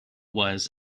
was